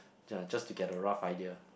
ya just to get the rough idea